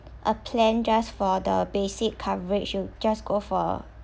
a plan just for the basic coverage you just go for